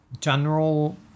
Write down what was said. general